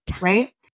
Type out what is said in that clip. right